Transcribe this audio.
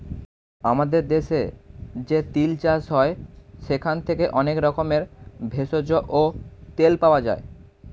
আমাদের দেশে যে তিল চাষ হয় সেখান থেকে অনেক রকমের ভেষজ ও তেল পাওয়া যায়